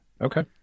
Okay